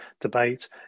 debate